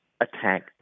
attack